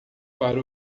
para